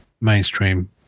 mainstream